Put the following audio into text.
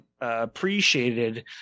appreciated